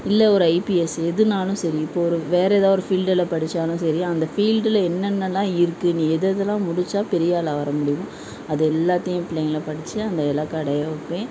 இல்லை ஒரு ஐபிஎஸ் எதுனாலும் சரி இப்போது ஒரு வேறு எதா ஒரு ஃபீல்டில் படித்தாலும் சரி அந்த ஃபீல்டில் என்னென்னலாம் இருக்குது நீ எதெதுல்லாம் முடிச்சால் பெரிய ஆளாக வர முடியுமோ அது எல்லாத்தையும் என் பிள்ளைங்களை படிச்சு அந்த இலக்கை அடைய வைப்பேன்